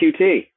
QT